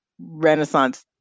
renaissance